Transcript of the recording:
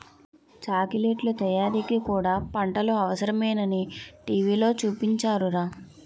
చాకిలెట్లు తయారీకి కూడా పంటలు అవసరమేనని టీ.వి లో చూపించారురా